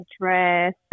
dress